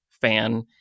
fan